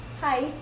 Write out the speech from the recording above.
hi